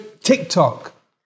TikTok